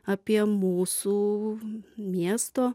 apie mūsų miesto